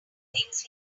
thinks